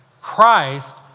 Christ